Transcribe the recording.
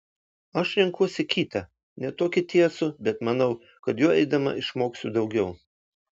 aš renkuosi kitą ne tokį tiesų bet manau kad juo eidama išmoksiu daugiau